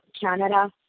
Canada